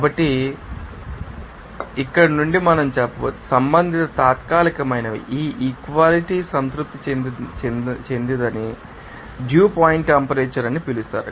కాబట్టి ఇక్కడ నుండి మనం చెప్పవచ్చు సంబంధిత తాత్కాలికమైనవి ఈ ఈక్వాలిటీ సంతృప్తి చెందిందని డ్యూ పాయింట్ టెంపరేచర్ అని పిలుస్తారు